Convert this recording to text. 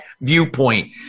viewpoint